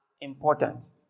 important